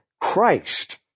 Christ